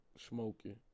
smoking